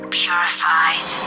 purified